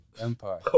Empire